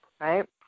right